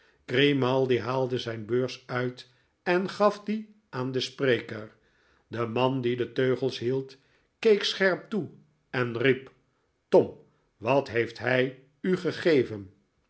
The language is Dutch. grimaldi haalde zijn beurs uit en gaf die aan den spreker de man die de teugels hield keek scherp toe en riep tom wat heeft hij u gegeven